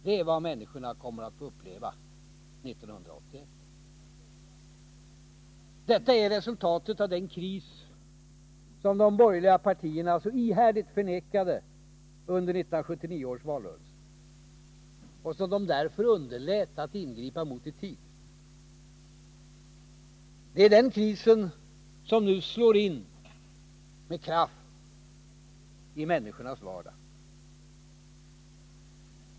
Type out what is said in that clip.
Det är vad människorna kommer att få uppleva 1981. Detta är resultatet av den kris som de borgerliga partierna så ihärdigt förnekade under 1979 års valrörelse och som de därför underlät att ingripa mot i tid. Det är den krisen som nu slår in med kraft i människornas vardag.